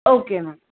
okay ma'am